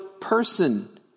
person